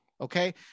okay